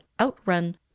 outrun